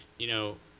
you know,